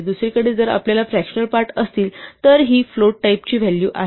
दुसरीकडे जर आपल्याकडे फ्रकॅशनल पार्ट असतील तर ही फ्लोट टाईप ची व्हॅलू आहेत